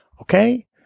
Okay